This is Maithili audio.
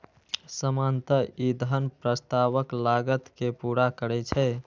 सामान्यतः ई धन प्रस्तावक लागत कें पूरा करै छै